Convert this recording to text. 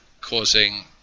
causing